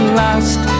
last